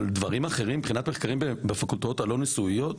דברים אחרים מבחינת מחקרים בפקולטות הלא ניסוייות,